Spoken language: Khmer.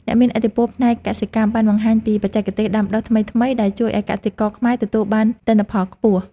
អ្នកមានឥទ្ធិពលផ្នែកកសិកម្មបានបង្ហាញពីបច្ចេកទេសដាំដុះថ្មីៗដែលជួយឱ្យកសិករខ្មែរទទួលបានទិន្នផលខ្ពស់។